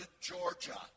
Georgia